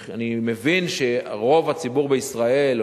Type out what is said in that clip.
אני מבין שרוב הציבור בישראל,